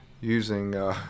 using